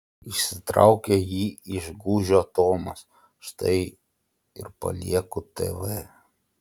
ištraukė jį iš gūžio tomas štai ir palieku tv